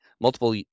multiple